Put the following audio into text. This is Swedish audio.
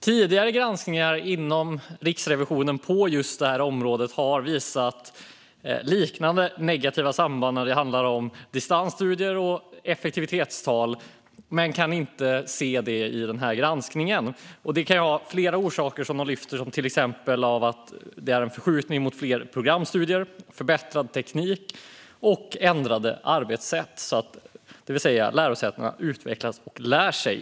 Tidigare granskningar av Riksrevisionen på detta område har visat liknande negativa samband när det gäller distansstudier och effektivitetstal, men det syns inte i denna granskning. Detta kan ha flera orsaker, till exempel förskjutning mot fler programstudier, förbättrad teknik och ändrade arbetssätt, det vill säga att lärosätena utvecklas och lär sig.